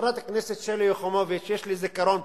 חברת הכנסת שלי יחימוביץ, יש לי זיכרון פוליטי.